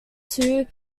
two